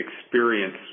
experience